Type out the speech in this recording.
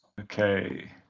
okay